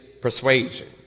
persuasion